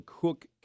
Cook